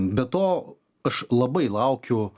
be to aš labai laukiu